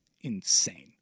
insane